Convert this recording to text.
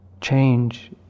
change